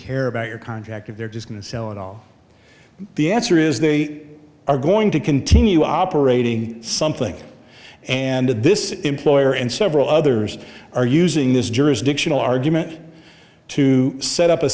care about your contract if they're just going to sell it all the answer is they are going to continue operating something and this employer and several others are using this jurisdictional argument to set up a